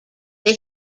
that